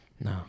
No